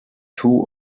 two